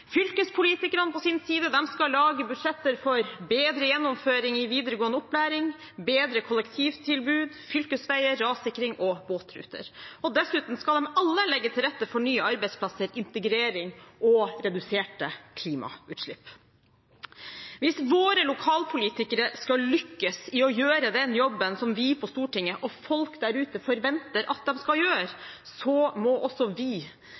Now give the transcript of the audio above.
Fylkespolitikerne på sin side skal lage budsjetter for bedre gjennomføring i videregående opplæring, bedre kollektivtilbud, fylkesveier, rassikring og båtruter. Dessuten skal de alle legge til rette for nye arbeidsplasser, integrering og reduserte klimagassutslipp. Hvis våre lokalpolitikere skal lykkes i å gjøre den jobben som vi på Stortinget og folk der ute forventer at de skal gjøre, må også vi